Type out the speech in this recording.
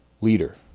leader